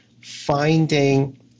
finding